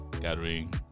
gathering